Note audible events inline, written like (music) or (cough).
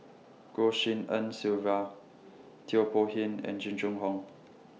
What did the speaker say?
Goh Tshin En Sylvia Teo (unintelligible) and Jing Jun Hong